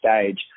stage